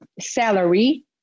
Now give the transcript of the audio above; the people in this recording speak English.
salary